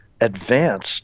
advanced